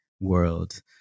world